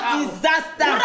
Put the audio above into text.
disaster